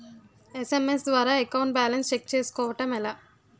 SMS ద్వారా account balance check చేసుకోవటం ఎలా?